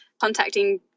contacting